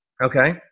Okay